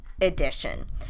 edition